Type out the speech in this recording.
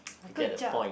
good job